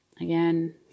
Again